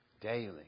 daily